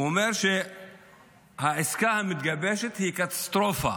הוא אומר שהעסקה המתגבשת היא קטסטרופה